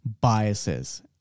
biases